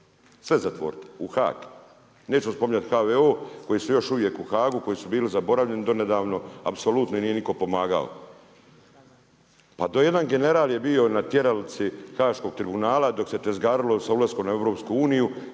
sve zatvoriti u HAG. Nećemo spominjati HVO, koji su još uvijek u HAG-u koji su bili zaboravljani donedavno. Apsolutno im nije nitko pomagao. Pa to je jedan general bio na tjeralici Haškog tribunala, dok se tizgarilo sa ulaskom u EU,